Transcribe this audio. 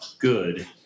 good